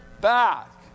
back